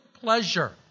pleasure